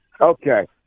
Okay